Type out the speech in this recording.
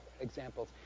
examples